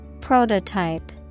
Prototype